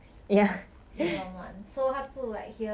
ya I don't know how's it gonna work